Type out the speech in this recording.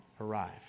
arrive